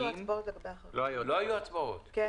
לא היו הצבעות לגבי החריגים.